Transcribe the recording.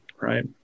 right